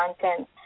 content